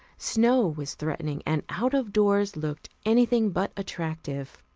snow was threatening and out-of-doors looked anything but attractive.